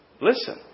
Listen